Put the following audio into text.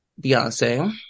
Beyonce